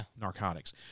narcotics